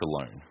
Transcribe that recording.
alone